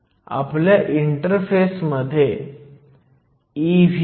775 आहे आणि gallium arsenide साठी ते 1